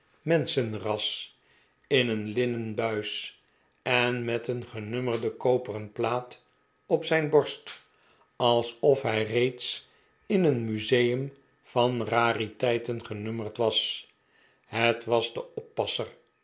menschenras in een linnen buis en met een genummerde koperen plaat op zijn borst alsof hij reeds in een museum van rariteiten genummerd was het was de oppasser